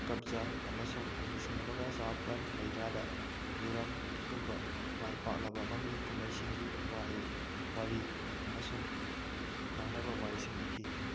ꯀꯕꯖꯥ ꯑꯃꯁꯨꯡ ꯏꯪ ꯂꯤꯁꯤꯡ ꯑꯃꯒ ꯆꯃꯥꯄꯜ ꯃꯩꯗ꯭ꯔꯥꯗ ꯖꯨꯔꯝꯒꯨꯝꯕ ꯃꯥꯏ ꯄꯥꯛꯂꯕ ꯃꯃꯤ ꯀꯨꯝꯍꯩꯁꯤꯡꯒꯤ ꯋꯥꯔꯤ ꯑꯃꯁꯨꯡ ꯉꯥꯡꯅꯕ ꯋꯥꯍꯩꯁꯤꯡ ꯏꯈꯤ